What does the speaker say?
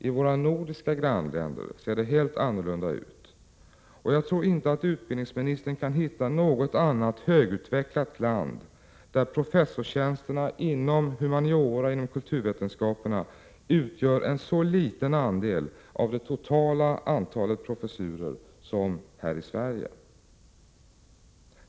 I våra nordiska grannländer ser det helt annorlunda ut. Och jag tror inte att utbildningsministern kan hitta något annat högutvecklat land där professorstjänsterna inom humaniora utgör en så liten andel av det totala antalet professurer som i Sverige.